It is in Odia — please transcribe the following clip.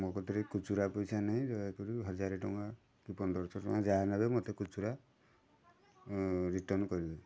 ମୋ କତିରେ ଖୁଚୁରା ପଇସା ନାହିଁ ଦୟାକରି ହଜାର ଟଙ୍କା କି ପନ୍ଦର ଶହ ଟଙ୍କା ଯାହା ନେବେ ମୋତେ ଖୁଚୁରା ରିଟର୍ନ କରିବେ